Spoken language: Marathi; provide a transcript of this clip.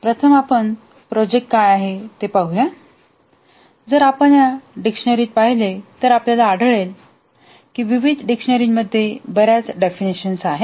प्रथम आपण प्रोजेक्ट काय आहे ते पाहू या जर आपण शब्दकोशात पाहिले तर आपल्याला आढळेल की विविध डिक्शनरीमध्ये बर्याच डेफिनेशन आहेत